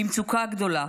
במצוקה גדולה,